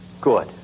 Good